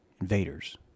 invaders